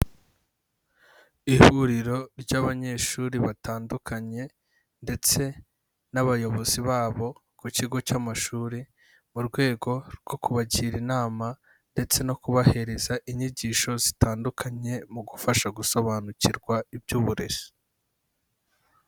Ihuriro ry'abanyeshuri batandukanye ndetse n'abayobozi babo ku kigo cy'amashuri, mu rwego rwo kubagira inama ndetse no kubahereza inyigisho zitandukanye mu gufasha gusobanukirwa iby'uburezi.